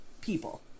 people